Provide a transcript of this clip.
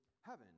heaven